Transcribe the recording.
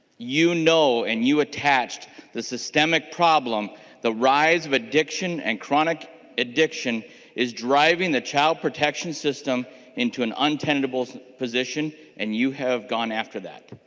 you know you attach the systemic problem the rise of addiction and chronic addiction is driving the child protection system into an untenable position and you have gone after that.